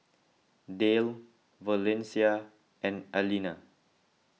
Dayle Valencia and Alena